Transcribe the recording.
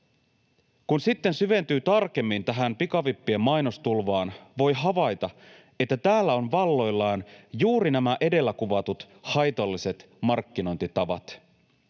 Kun sitten syventyy tarkemmin tähän pikavippien mainostulvaan, voi havaita, että täällä ovat valloillaan juuri nämä edellä kuvatut haitalliset markkinointitavat.